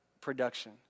production